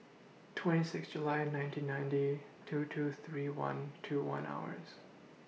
twenty six July nineteen ninety two two three one two one hours